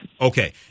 Okay